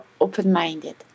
open-minded